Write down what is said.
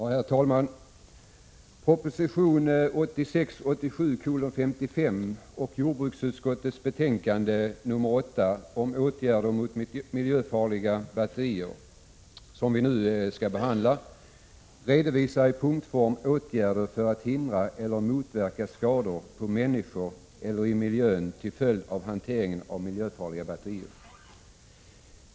Herr talman! I proposition 1986/87:55 och jordbruksutskottets betänkande nr 8 om åtgärder mot miljöfarliga batterier, som vi nu skall behandla, redovisas i punktform åtgärder för att hindra eller motverka skador på människor eller i miljön till följd av hanteringen av miljöfarliga batterier.